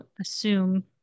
assume